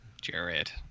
Jared